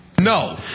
No